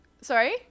Sorry